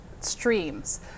streams